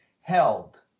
held